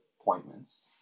appointments